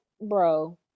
bro